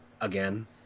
again